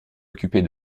occuper